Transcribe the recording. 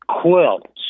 quilts